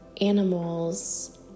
animals